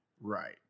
Right